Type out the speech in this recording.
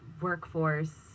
workforce